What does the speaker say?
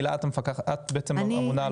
הילה את הממונה על הוועדה.